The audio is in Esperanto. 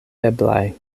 eblaj